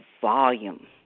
volume